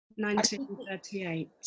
1938